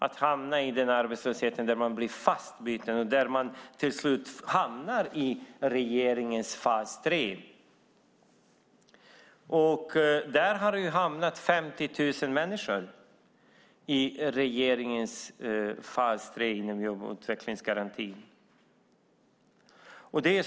Det är den arbetslöshet där man blir fast och där man till slut hamnar i regeringens fas 3. Det är 50 000 människor som hamnat i regeringens fas 3 inom jobb och utvecklingsgarantin.